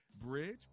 bridge